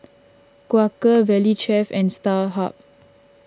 Quaker Valley Chef and Starhub